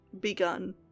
begun